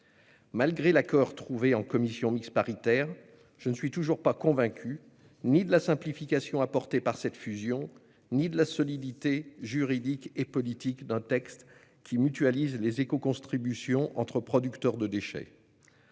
Malgré l'accord trouvé en commission mixte paritaire, je ne suis toujours convaincu ni de la simplification apportée par cette fusion ni de la solidité juridique et politique d'un texte qui mutualise les écocontributions entre producteurs de déchets.